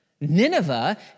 Nineveh